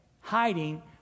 Hiding